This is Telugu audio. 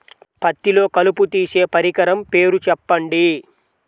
పత్తిలో కలుపు తీసే పరికరము పేరు చెప్పండి